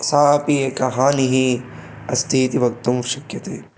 सा अपि एका हानिः अस्ति इति वक्तुं शक्यते